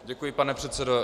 Děkuji, pane předsedo.